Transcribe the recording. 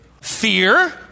Fear